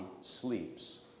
sleeps